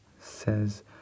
says